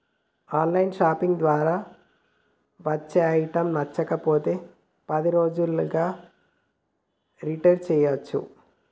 on line shopping ద్వారా వచ్చే items నచ్చకపోతే పది రోజుల్లోగా రిటర్న్ చేయ్యచ్చు